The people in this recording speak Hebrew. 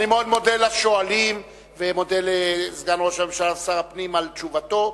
אני מאוד מודה לשואלים ומודה לסגן ראש הממשלה ושר הפנים על תשובתו.